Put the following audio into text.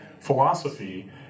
philosophy